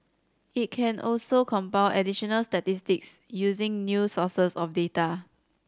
it can also compile additional statistics using new sources of data